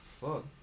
Fuck